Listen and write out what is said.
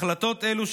החלטות אלו,